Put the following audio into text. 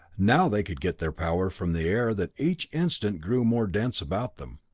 now they could get their power from the air that each instant grew more dense about them.